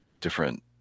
different